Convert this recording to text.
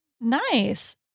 Nice